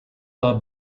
are